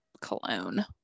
cologne